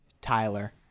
Tyler